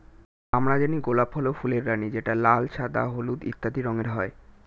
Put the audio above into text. আমরা জানি গোলাপ হল ফুলের রানী যেটা লাল, সাদা, হলুদ ইত্যাদি রঙের হয়